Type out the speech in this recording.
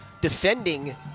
defending